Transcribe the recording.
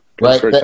right